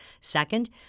Second